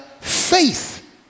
faith